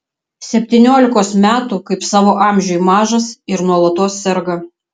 septyniolikos metų kaip savo amžiui mažas ir nuolatos serga